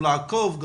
גם לעקוב,